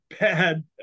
bad